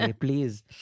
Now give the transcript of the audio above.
please